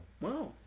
Wow